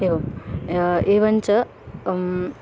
एवम् एवञ्च